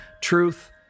Truth